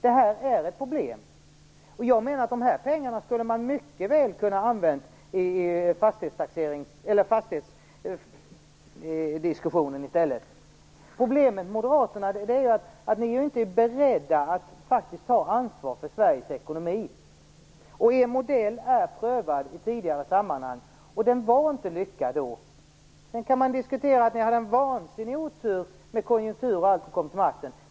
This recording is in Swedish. Det är ett problem. Jag menar att man mycket väl hade kunnat använda de pengarna i fastighetsdiskussionen i stället. Problemet med Moderaterna är att ni faktiskt inte är beredda att ta ansvar för Sveriges ekonomi. Er modell är prövad i tidigare sammanhang, och den var inte lyckad då. Sedan kan man diskutera och säga att ni hade en vansinnig otur med konjunkturer och annat när ni kom till makten.